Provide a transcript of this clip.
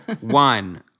One